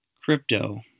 crypto